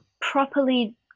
properly